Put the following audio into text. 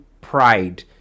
pride